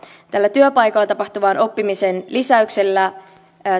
tällä työpaikoilla tapahtuvan oppimisen lisäyksellä